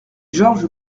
georges